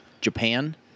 Japan